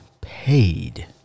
paid